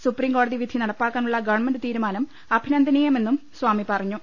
supreme കോടതി വിധി നടപ്പാക്കാനുള്ള ഗവണ്മെന്റ് തീരുമാനം അഭിനന്ദനീയമെന്നും സ്വാമി പറഞ്ഞു